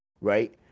right